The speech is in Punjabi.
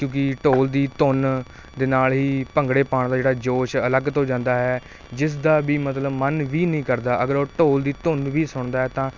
ਕਿਉਂਕਿ ਢੋਲ ਦੀ ਧੁੰਨ ਦੇ ਨਾਲ ਹੀ ਭੰਗੜੇ ਪਾਉਣ ਦਾ ਜਿਹੜਾ ਜੋਸ਼ ਅਲੱਗ ਤੋਂ ਜਾਂਦਾ ਹੈ ਜਿਸ ਦਾ ਵੀ ਮਤਲਬ ਮਨ ਵੀ ਨਹੀਂ ਕਰਦਾ ਅਗਰ ਉਹ ਢੋਲ ਦੀ ਧੁੰਨ ਵੀ ਸੁਣਦਾ ਹੈ ਤਾਂ